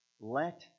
Let